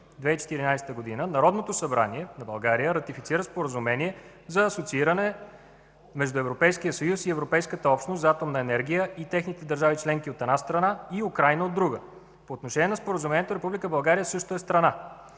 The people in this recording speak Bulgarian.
2014 г. Народното събрание на България ратифицира Споразумение за асоцииране между Европейския съюз и Европейската общност за атомна енергия и техните държави членки, от една страна, и Украйна – от друга. По отношение на Споразумението Република България също е страна.